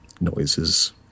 noises